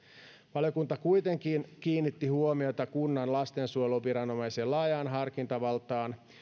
valiokunta kuitenkin kiinnitti huomiota kunnan lastensuojeluviranomaisen laajaan harkintavaltaan